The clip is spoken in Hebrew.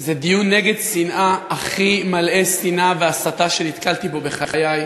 זה דיון נגד שנאה הכי מלא שנאה והסתה שנתקלתי בו בחיי.